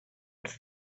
wrth